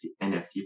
NFT